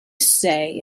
say